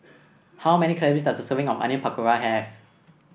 how many calories does a serving of Onion Pakora have